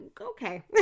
okay